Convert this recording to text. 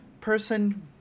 person